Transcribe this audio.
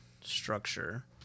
structure